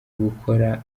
gukora